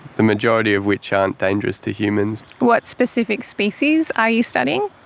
the majority of which aren't dangerous to humans. what specific species are you studying?